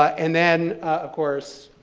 and then, of course,